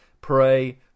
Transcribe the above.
Pray